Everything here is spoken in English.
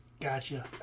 Gotcha